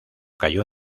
cayó